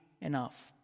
enough